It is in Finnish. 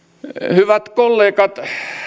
hyvät kollegat